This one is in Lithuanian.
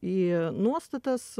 į nuostatas